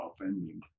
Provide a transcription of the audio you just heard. offending